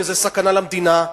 וזה סכנה למדינה,